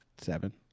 seven